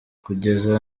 kugeza